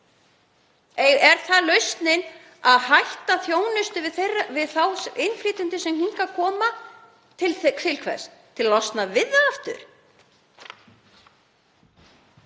Er það lausnin að hætta þjónustu við þá innflytjendur sem hingað koma? Til hvers? Til að losna við þá aftur?